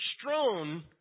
strewn